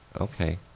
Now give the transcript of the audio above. Okay